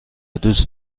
دوست